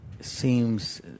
seems